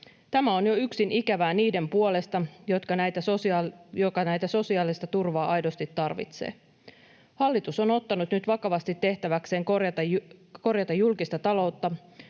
Tämä on jo yksin ikävää niiden puolesta, jotka tätä sosiaalista turvaa aidosti tarvitsevat. Hallitus on ottanut nyt vakavasti tehtäväkseen korjata julkista taloutta